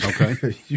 okay